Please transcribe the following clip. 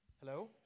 Hello